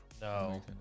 No